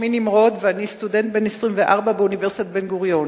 שמי נמרוד ואני סטודנט בן 24 באוניברסיטת בן-גוריון.